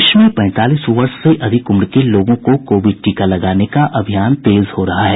देश में पैंतालीस वर्ष से अधिक उम्र के लोगों को कोविड टीका लगाने का अभियान तेज हो रहा है